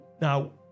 Now